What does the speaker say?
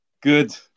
good